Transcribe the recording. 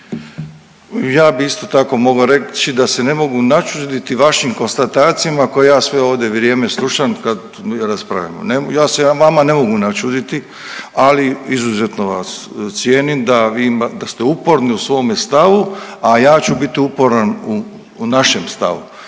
Ja bi isto tako mogao reći da se ne mogu načuditi vašim konstatacijama koje ja sve ovdje vrijeme slušam kad mi raspravljamo. Ja se vama ne mogu načuditi, ali izuzetno vas cijenim da vi, da ste uporni u svome stavu, a ja ću biti uporan u našem stavu.